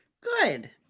Good